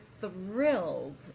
thrilled